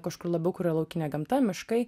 kažkur labiau kur yra laukinė gamta miškai